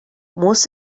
most